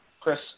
Chris